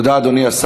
תודה, אדוני.